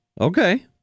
Okay